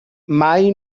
mai